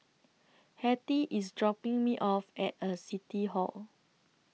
Hettie IS dropping Me off At City Hall